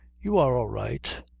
you are all right.